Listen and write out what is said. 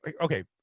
okay